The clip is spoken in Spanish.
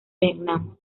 vietnam